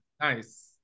Nice